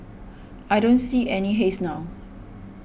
I don't see any haze now